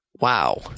wow